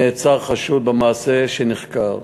נעצר חשוד במעשה ונחקר.